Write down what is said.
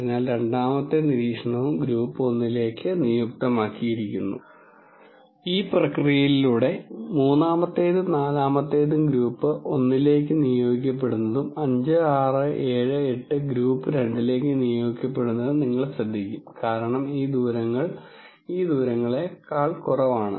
അതിനാൽ രണ്ടാമത്തേ നിരീക്ഷണവും ഗ്രൂപ്പ് 1 ലേക്ക് നിയുക്തമാക്കിയിരിക്കുന്നു ഈ പ്രക്രിയയിലൂടെ മൂന്നാമത്തേതും നാലാമത്തേതും ഗ്രൂപ്പ് 1 ലേക്ക് നിയോഗിക്കപ്പെടുന്നതും 5 6 7 8 ഗ്രൂപ്പ് 2 ലേക്ക് നിയോഗിക്കപ്പെടുന്നതും നിങ്ങൾ ശ്രദ്ധിക്കും കാരണം ഈ ദൂരങ്ങൾ ഈ ദൂരങ്ങളേക്കാൾ കുറവാണ്